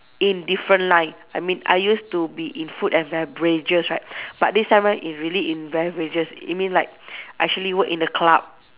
in different line I mean I used to be in food and beverages right but this time round it's really in beverages you mean like I actually work in the club